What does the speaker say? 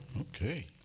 Okay